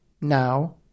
now